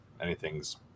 anything's